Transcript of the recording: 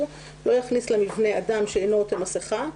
לא יכניס למבנה אדם שאינו עוטה מסכה,